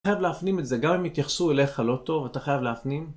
אתה חייב להפנים את זה גם אם יתייחסו אליך לא טוב אתה חייב להפנים